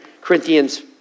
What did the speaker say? Corinthians